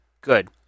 good